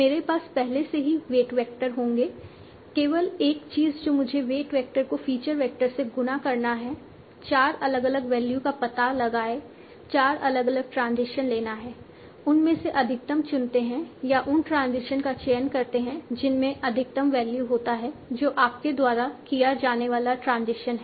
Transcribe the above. मेरे पास पहले से ही वेट वैक्टर होंगे केवल एक चीज जो मुझे वेट वेक्टर को फीचर वेक्टर से गुणा करना है चार अलग अलग वैल्यू का पता लगाएं चार अलग अलग ट्रांजिशन लेना है उनमें से अधिकतम चुनते हैं या उन ट्रांजिशन का चयन करते हैं जिनमें अधिकतम वैल्यू होता है जो आपके द्वारा किया जाने वाला ट्रांजिशन है